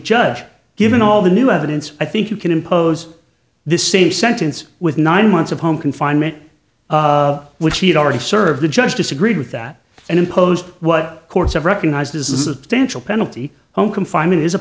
judge given all the new evidence i think you can impose this same sentence with nine months of home confinement of which he had already served the judge disagreed with that and imposed what courts have recognized this is a potential penalty home confinement is a